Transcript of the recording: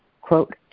quote